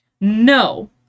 No